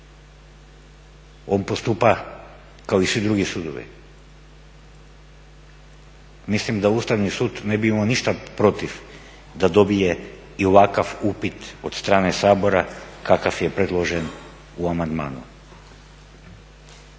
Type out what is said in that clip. on postupa kao i svi drugi sudovi. Mislim da Ustavni sud ne bi imao ništa protiv da dobije i ovakav upit od strane Sabora kakav je predložen u amandmanu.